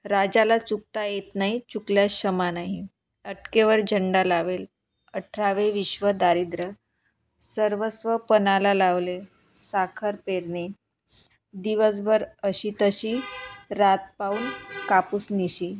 राजाला चुकता येत नाही चुकीला क्षमा नाही अटकेवर झेंडा लावेल अठरा विश्व दारिद्र्य सर्वस्व पणाला लावले साखर पेरणे दिवसभर अशी तशी रात पाहून कापूस निशी